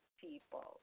people